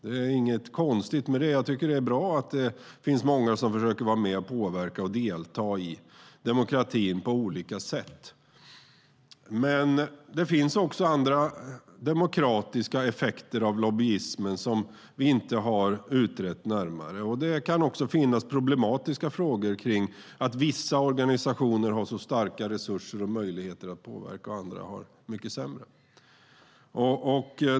Det är inget konstigt med det. Jag tycker att det är bra att det finns många som försöker vara med och påverka och delta i demokratin på olika sätt. Men det finns också andra demokratiska effekter av lobbyismen som vi inte har utrett närmare. Det kan finnas problematiska frågor kring att vissa organisationer har starka resurser och möjligheter att påverka, och andra har mycket sämre.